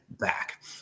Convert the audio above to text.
back